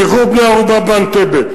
שחרור בני-הערובה באנטבה,